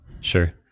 sure